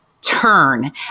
TURN